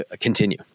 continue